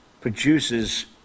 produces